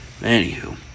Anywho